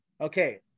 Okay